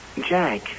Jack